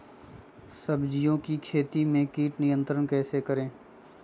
सब्जियों की खेती में कीट नियंत्रण कैसे करें?